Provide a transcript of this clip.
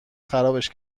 خرابش